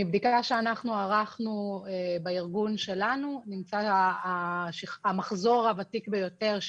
מבדיקה שאנחנו ערכנו בארגון שלנו נמצא המחזור הוותיק ביותר,